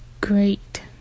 great